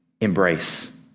embrace